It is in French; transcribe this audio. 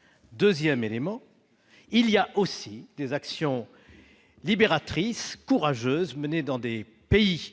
! Ce n'est pas le sujet. Des actions libératrices courageuses sont menées dans des pays